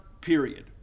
period